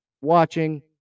watching